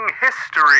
history